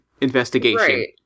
investigation